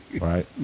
right